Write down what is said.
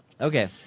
Okay